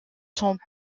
sont